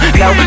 no